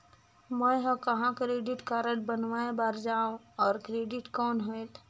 मैं ह कहाँ क्रेडिट कारड बनवाय बार जाओ? और क्रेडिट कौन होएल??